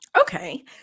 Okay